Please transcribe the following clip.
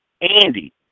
Andy